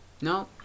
No